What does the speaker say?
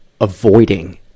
avoiding